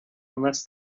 unless